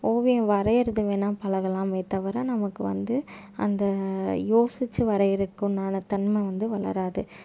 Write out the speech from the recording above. ஓவியம் வரைகிறது வேணால் பழகலாமே தவிர நமக்கு வந்து அந்த யோசித்து வரைகிறக்கு உண்டான தன்மை வந்து வளராது